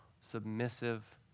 submissive